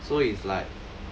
so it's like